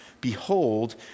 Behold